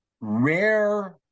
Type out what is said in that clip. rare